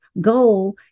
goal